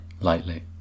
Lightly